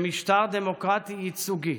במשטר דמוקרטי ייצוגי,